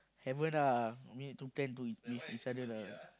haven't ah we need to plan to with each other lah